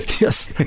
Yes